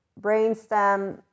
brainstem